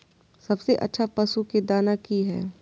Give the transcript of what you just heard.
सबसे अच्छा पशु के दाना की हय?